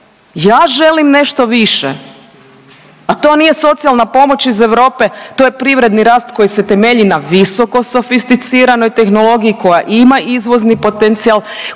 Ja želim nešto više, a to nije socijalna pomoć iz Europe, to je privredni rast koji se temelji na visoko sofisticiranoj tehnologiji koja ima izvozni potencijal